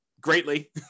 greatly